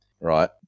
right